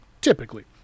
Typically